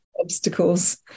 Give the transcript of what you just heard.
obstacles